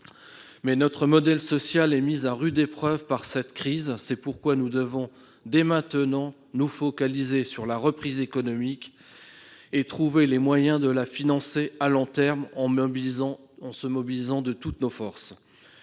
notre modèle social est mis à rude épreuve par cette crise. C'est pourquoi nous devons dès maintenant nous focaliser sur la reprise économique et trouver les moyens de la financer à long terme en mobilisant toutes nos forces.